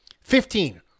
Fifteen